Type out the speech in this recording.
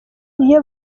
iyo